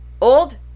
Old